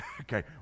okay